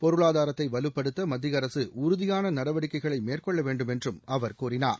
பொருளாதாரத்தை வலுப்படுத்த மத்திய அரசு உறுதியான நடவடிக்கைகளை மேற்கொள்ள வேண்டும் என்றும் அவர் கூறினார்